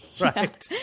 Right